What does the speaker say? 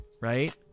right